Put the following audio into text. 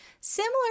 Similar